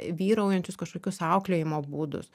vyraujančius kažkokius auklėjimo būdus